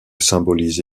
symbolise